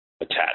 attach